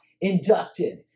inducted